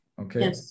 okay